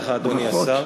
תודה רבה לך, אדוני השר.